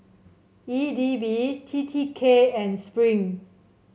E D B T T K and Spring